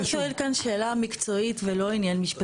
אתה שואל כאן שאלה מקצועית ולא משפטית.